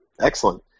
Excellent